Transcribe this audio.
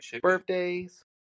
birthdays